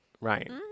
Right